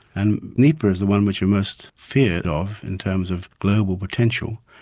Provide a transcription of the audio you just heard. and nipah is the one which we most feared of in terms of global potential.